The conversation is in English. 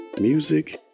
music